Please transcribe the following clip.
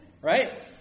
Right